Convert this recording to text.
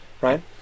right